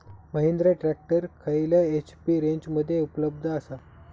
Mahindra tractor खयल्या HP रेंजमध्ये उपलब्ध आसा?